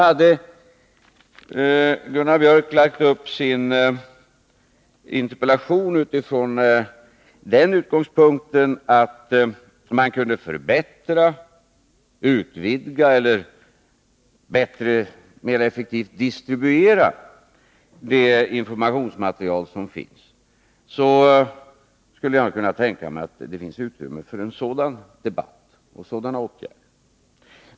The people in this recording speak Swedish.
Hade Gunnar Biörck i Värmdö lagt upp sin interpellation utifrån utgångspunkten att man kunde förbättra, utvidga eller mer effektivt distribuera det informationsmaterial som finns, skulle jag nog kunna tänka mig att det funnits utrymme för en debatt om sådana åtgärder.